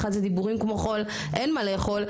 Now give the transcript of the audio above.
אחד זה דיבורים כמו חול אין מה לאכול,